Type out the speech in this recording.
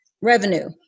revenue